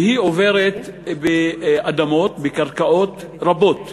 והיא עוברת באדמות, בקרקעות רבות,